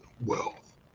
wealth